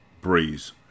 Breeze